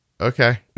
okay